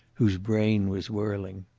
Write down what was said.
whose brain was whirling.